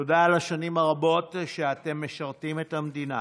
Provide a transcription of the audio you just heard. תודה על השנים הרבות שאתם משרתים את המדינה,